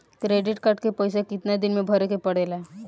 Credit card के पइसा कितना दिन में भरे के पड़ेला?